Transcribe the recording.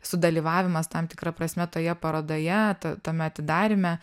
sudalyvavimas tam tikra prasme toje parodoje ta tame atidaryme